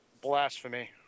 Blasphemy